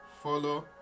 follow